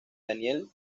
daniel